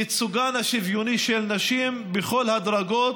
ייצוגן השוויוני של נשים בכל הדרגות,